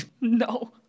no